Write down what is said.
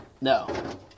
no